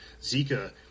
Zika